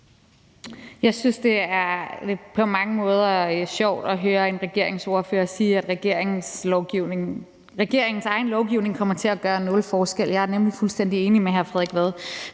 Jeg synes, det på mange måder er lidt sjovt at høre en regeringsordfører sige, at regeringens egen lovgivning kommer til at gøre nul forskel. Jeg er nemlig fuldstændig enig med hr. Frederik Vad